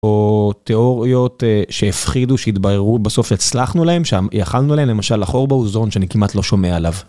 או תיאוריות שהפחידו, שהתבררו, בסוף הצלחנו להם? שם יכלנו להם? למשל החור באוזון שאני כמעט לא שומע עליו.